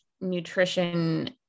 nutrition